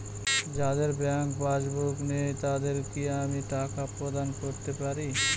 যাদের bank passbook নেই তাদের কি আমি টাকা প্রদান করতে পারি?